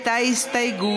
הכנסת יצחק